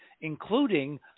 including